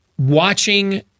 Watching